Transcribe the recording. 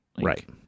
Right